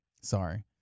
Sorry